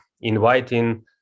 inviting